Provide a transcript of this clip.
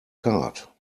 card